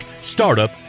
startup